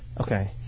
Okay